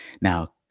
Now